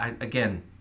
Again